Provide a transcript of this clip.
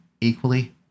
equally